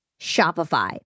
Shopify